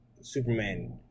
Superman